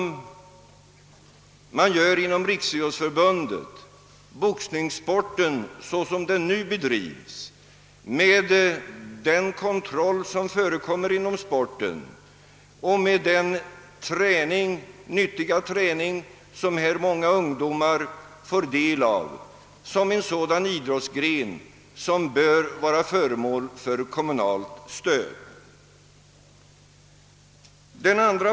Kommunerna liksom Riksidrottsförbundet betraktar boxningssporten, såsom den nu bedrivs, med den kontroll som förekommer och med den nyttiga träning som många ungdomar får del av, såsom en idrottsgren som bör bli föremål för kommunalt stöd.